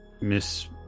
Miss